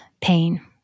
pain